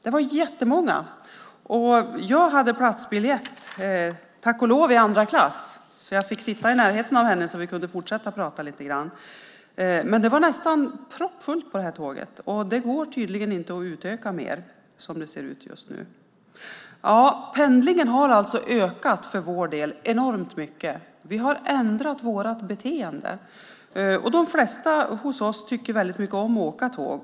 Som tur var hade jag platsbiljett och fick sitta i närheten av henne, så vi kunde fortsätta prata. Det var nästan proppfullt på tåget. Det går tydligen inte att utöka mer som det ser ut just nu. Pendlingen hos oss har ökat enormt mycket. Vi har ändrat vårt beteende. De flesta av oss tycker om att åka tåg.